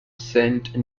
sent